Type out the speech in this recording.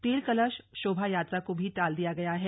तेल कलश शोभा यात्रा को भी टाल दिया गया है